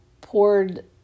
poured